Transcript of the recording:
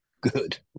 good